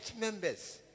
members